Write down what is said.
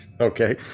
okay